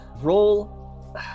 Roll